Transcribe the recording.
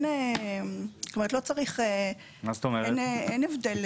כלומר אין הבדל,